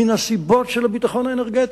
מסיבות של ביטחון אנרגטי.